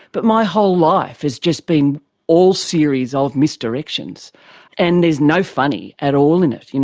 but my whole life has just been all series of misdirections and there's no funny at all in it. you know